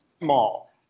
Small